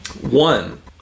One